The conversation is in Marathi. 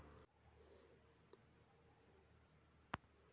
दुकानातून बियानं घेतानी कोनची काळजी घ्या लागते?